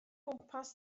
gwmpas